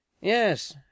Yes